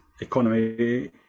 economy